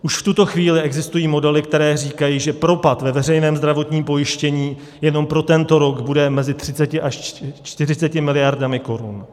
Už v tuto chvíli existují modely, které říkají, že propad ve veřejném zdravotním pojištění jenom pro tento rok bude mezi 30 až 40 miliardami korun.